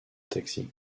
taxi